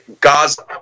Gaza